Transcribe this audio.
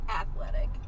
Athletic